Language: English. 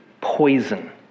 poison